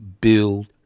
build